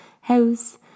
house